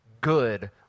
good